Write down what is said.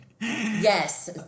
Yes